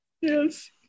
Yes